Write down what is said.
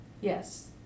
Yes